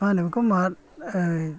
मा होनो बिखौ